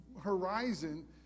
horizon